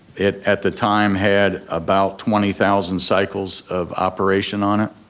it at the time had about twenty thousand cycles of operation on it,